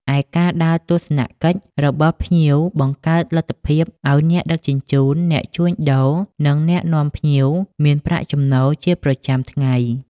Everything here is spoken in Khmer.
ឯការដើរទស្សនកិច្ចរបស់ភ្ញៀវបង្កើតលទ្ធភាពឱ្យអ្នកដឹកជញ្ជូន អ្នកជួញដូរ និងអ្នកនាំភ្ញៀវមានប្រាក់ចំណូលជាប្រចាំថ្ងៃ។